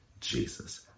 Jesus